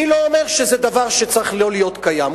אני לא אומר שזה דבר שצריך לא להיות קיים.